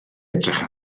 edrych